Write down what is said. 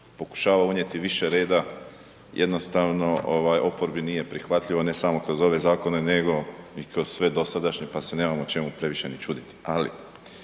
pokušava unijeti više reda jednostavno oporbi nije prihvatljivo, ne samo kroz ove zakone, nego i kroz sve dosadašnje, pa se nemamo čemu previše ni čuditi,